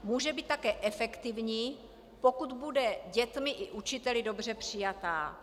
Může být také efektivní, pokud bude dětmi i učiteli dobře přijata.